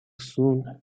soon